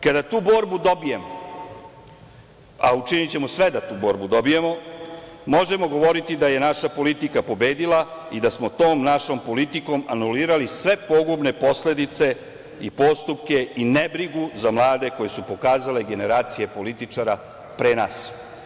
Kada tu borbu dobijemo, a učinićemo sve da tu borbu dobijemo, možemo govoriti da je naša politika pobedila i da smo tom našom politikom anulirali sve pogubne posledice i postupke, i nebrigu za mlade, koju su pokazale generacije političara pre nas.